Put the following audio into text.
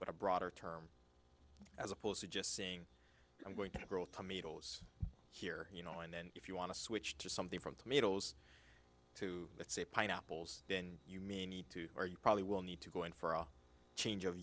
but a broader term as opposed to just saying i'm going to grow tomatoes here you know and then if you want to switch to something from tomatoes to let's say pineapples then you may need to or you probably will need to go in for a change of